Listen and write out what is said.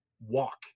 walk